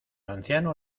anciano